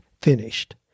finished